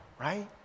right